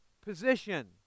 position